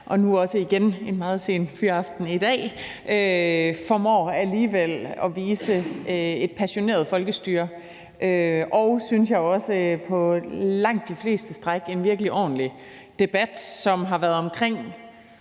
og nu også igen en meget sen fyraften i dag alligevel formår at vise et passioneret folkestyre og, synes jeg også, på langt de fleste stræk have en virkelig ordentlig debat, som har været omkring